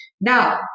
now